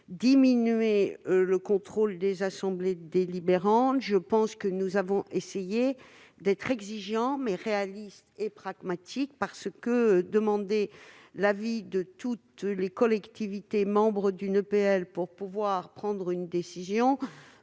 diminué le contrôle des assemblées délibérantes. Nous avons essayé d'être exigeants, mais réalistes et pragmatiques. Demander l'avis de toutes les collectivités membres d'une EPL avant de prendre une décision